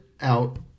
out